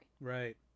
Right